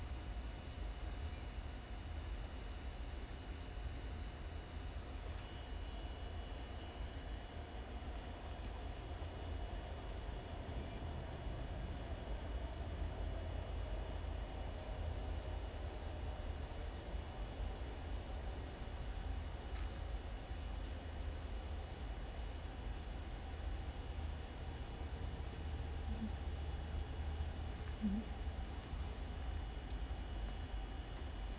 mmhmm mmhmm